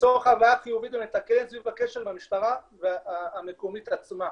וליצור חוויה חיובית ומתקנת סביב הקשר עם המשטרה המקומית עצמה.